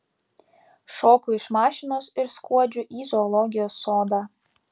šoku iš mašinos ir skuodžiu į zoologijos sodą